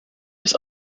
was